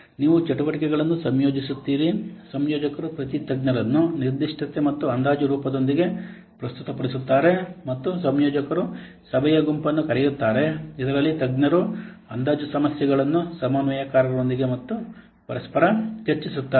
ನೀವು ಚಟುವಟಿಕೆಗಳನ್ನು ಸಂಯೋಜಿಸುತ್ತೀರಿ ಸಂಯೋಜಕರು ಪ್ರತಿ ತಜ್ಞರನ್ನು ನಿರ್ದಿಷ್ಟತೆ ಮತ್ತು ಅಂದಾಜು ರೂಪದೊಂದಿಗೆ ಪ್ರಸ್ತುತಪಡಿಸುತ್ತಾರೆ ಮತ್ತು ಸಂಯೋಜಕರು ಸಭೆಯ ಗುಂಪನ್ನು ಕರೆಯುತ್ತಾರೆ ಇದರಲ್ಲಿ ತಜ್ಞರು ಅಂದಾಜು ಸಮಸ್ಯೆಗಳನ್ನು ಸಮನ್ವಯಕಾರರೊಂದಿಗೆ ಮತ್ತು ಪರಸ್ಪರ ಚರ್ಚಿಸುತ್ತಾರೆ